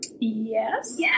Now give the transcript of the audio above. Yes